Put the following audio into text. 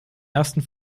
ersten